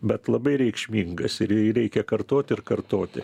bet labai reikšmingas ir jį reikia kartoti ir kartoti